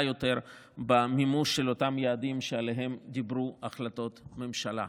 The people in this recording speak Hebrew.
יותר במימוש של אותם יעדים שעליהם דיברו החלטות הממשלה.